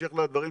בהמשך לדברים,